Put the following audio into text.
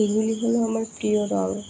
এগুলি হল আমার প্রিয় রঙ